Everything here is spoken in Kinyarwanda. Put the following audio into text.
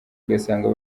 ugasanga